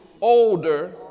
older